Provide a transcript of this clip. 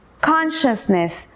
consciousness